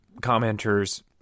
commenters